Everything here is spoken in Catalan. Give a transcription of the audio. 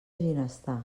ginestar